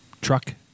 truck